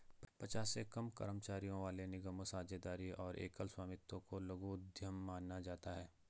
पचास से कम कर्मचारियों वाले निगमों, साझेदारी और एकल स्वामित्व को लघु उद्यम माना जाता है